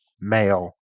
male